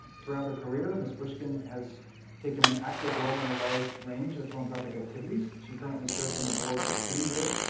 throughout her career ms. bushkin has taken an active role in a large range of philanthropic activities. she currently serves on the boards of city year,